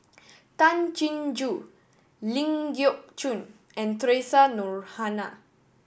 Tay Chin Joo Ling Geok Choon and Theresa Noronha